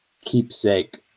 keepsake